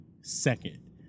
second